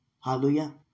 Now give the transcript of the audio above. Hallelujah